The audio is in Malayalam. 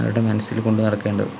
അവരുടെ മനസ്സിൽ കൊണ്ട് നടക്കേണ്ടത്